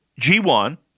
G1